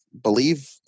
Believe